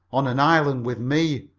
on an island with me.